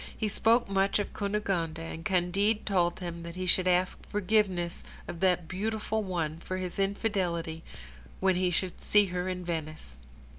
he spoke much of cunegonde, and candide told him that he should ask forgiveness of that beautiful one for his infidelity when he should see her in venice.